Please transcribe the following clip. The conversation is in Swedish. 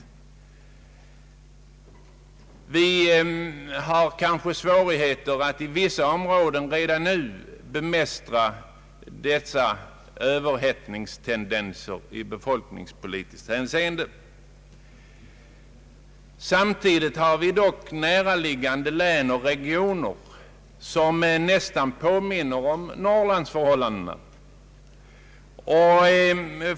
Inom vissa områden föreligger redan nu svårigheter att bemästra dessa överhettningstendenser i befolkningspolitiskt hänseende. Samtidigt har vi näraliggande län och regioner där förhållandena påminner om dem som råder i Norrland.